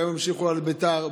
והיום המשיכו על ביתר,